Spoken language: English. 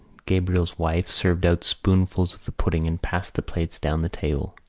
gabriel's wife served out spoonfuls of the pudding and passed the plates down the table.